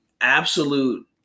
absolute